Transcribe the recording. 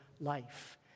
life